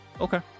Okay